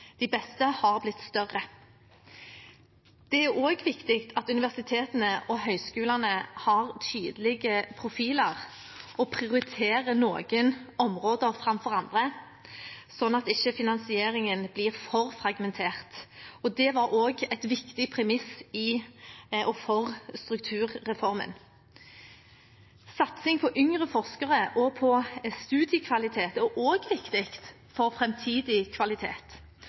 de beste har blitt større. Det er også viktig at universitetene og høyskolene har tydelige profiler og prioriterer noen områder framfor andre, slik at ikke finansieringen blir for fragmentert. Det var også et viktig premiss i og for strukturreformen. Satsing på yngre forskere og på studiekvalitet er også viktig for framtidig kvalitet,